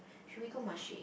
should we go Marche